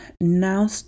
now